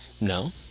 No